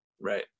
Right